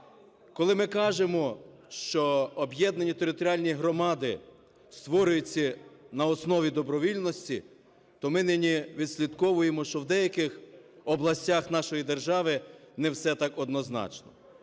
Коли ми кажемо, що об'єднанні територіальні громади створюються на основі добровільності, то ми нині відслідковуємо, що в деяких областях нашої держави не все так однозначно.